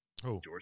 George